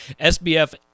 SBF